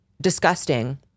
disgusting